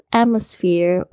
atmosphere